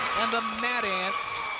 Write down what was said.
and the mad ants